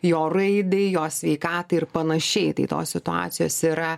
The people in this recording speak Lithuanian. jo raidai jo sveikatai ir panašiai tai tos situacijos yra